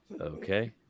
okay